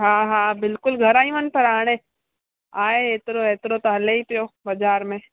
हा हा बिल्कुलु घर आयू आहिनि पर हाणे आहे एतिरो एतिरो त हले ई पियो बाज़ारि में